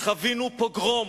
חווינו פוגרום,